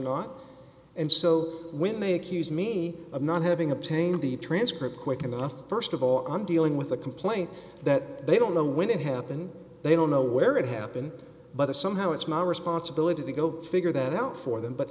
not and so when they accuse me of not having obtained the transcript quick enough st of all i'm dealing with a complaint that they don't know when it happened they don't know where it happened but if somehow it's my responsibility to go figure that out for them but